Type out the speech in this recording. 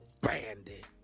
bandit